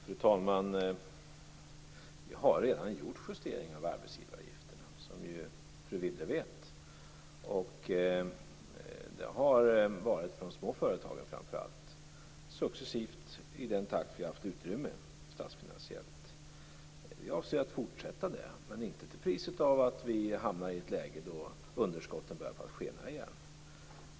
Fru talman! Vi har redan gjort justeringar av arbetsgivareavgifterna, som ju fru Wibble vet. Det har gällt de små företagen framför allt, successivt i den takt som vi har haft statsfinansiellt utrymme. Vi avser att fortsätta med det, men inte till priset att vi hamnar i ett läge där underskotten börjar på att skena igen.